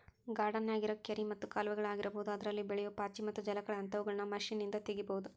ಗಾರ್ಡನ್ಯಾಗಿರೋ ಕೆರಿ ಮತ್ತ ಕಾಲುವೆಗಳ ಆಗಿರಬಹುದು ಅದ್ರಲ್ಲಿ ಬೆಳಿಯೋ ಪಾಚಿ ಮತ್ತ ಜಲಕಳೆ ಅಂತವುಗಳನ್ನ ಮಷೇನ್ನಿಂದ ತಗಿಬಹುದು